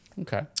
Okay